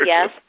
Yes